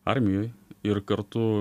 armijoj ir kartu